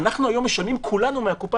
אנחנו היום משלמים כולנו מן הקופה